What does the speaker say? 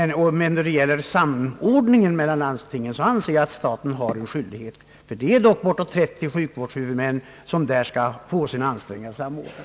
När det gäller samordningen mellan landstingen anser jag även att staten har en skyldighet, ty det är bortåt 30 sjukvårdshuvudmän som bör få sina ansträngningar samordnade.